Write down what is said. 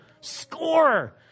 Score